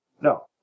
No